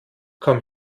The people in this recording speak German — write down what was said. komm